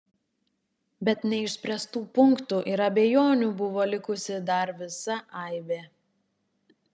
bet neišspręstų punktų ir abejonių buvo likusi dar visa aibė